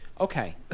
Okay